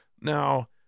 Now